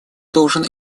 должен